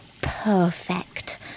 perfect